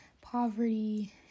poverty